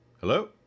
Hello